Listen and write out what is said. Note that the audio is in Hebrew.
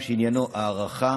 שעניינו הערכה,